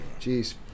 Jeez